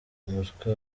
umutwe